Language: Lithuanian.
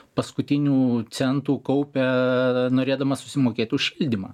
paskutinių centų kaupia norėdama susimokėti už šildymą